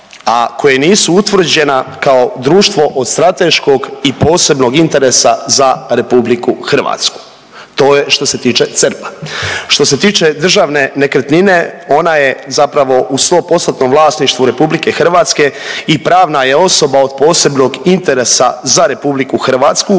a koje nisu utvrđena kao društvo od strateškog i posebnog interesa za RH. To je što se tiče CERP-a. Što se tiče Državne nekretnine ona je zapravo u 100% vlasništvu RH i pravna je osoba od posebnog interesa za RH usmjerena